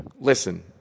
Listen